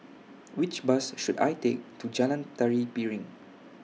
Which Bus should I Take to Jalan Tari Piring